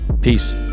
Peace